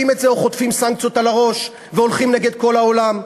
את זה או חוטפים סנקציות על הראש והולכים נגד כל העולם?